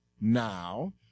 Now